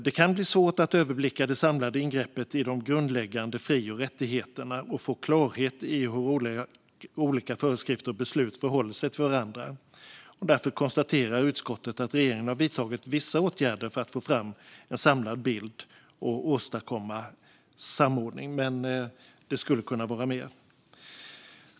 Det kan bli svårt att överblicka det samlade ingreppet i de grundläggande fri och rättigheterna och få klarhet i hur olika föreskrifter och beslut förhåller sig till varandra. Därför konstaterar utskottet att regeringen har vidtagit vissa åtgärder för att få fram en samlad bild och åstadkomma samordning. Det skulle dock kunna vara mer.